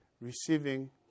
receiving